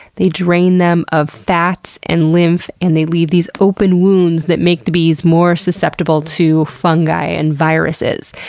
they drain them of fats and lymph and they leave these open wounds that make the bees more susceptible to fungi and viruses,